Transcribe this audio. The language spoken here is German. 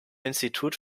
institut